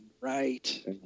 right